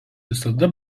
visada